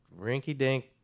rinky-dink